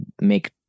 make